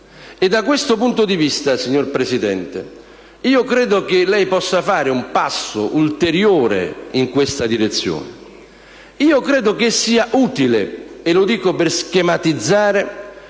e, da questo punto di vista, signor Presidente, credo che lei possa fare un passo ulteriore in questa direzione. Credo che sia utile - e lo dico per schematizzare